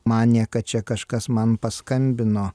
manė kad čia kažkas man paskambino